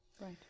Right